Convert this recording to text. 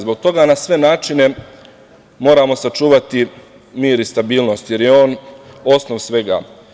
Zbog toga na sve načine moramo sačuvati mir i stabilnost, jer je on osnov svega.